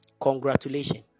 Congratulations